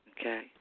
Okay